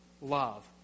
love